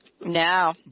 No